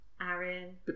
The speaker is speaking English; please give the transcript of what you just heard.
Aaron